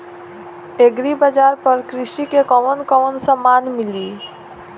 Agri bazaar पर कृषि के कवन कवन समान मिली?